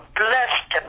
blessed